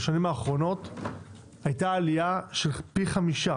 בשנים האחרונות היתה עלייה של פי חמישה